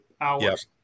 hours